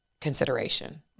consideration